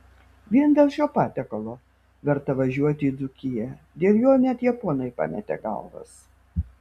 vien dėl šio patiekalo verta važiuoti į dzūkiją dėl jo net japonai pametė galvas